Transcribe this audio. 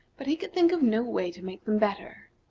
but he could think of no way to make them better.